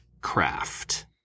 craft